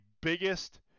biggest